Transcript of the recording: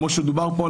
כמו שדובר פה,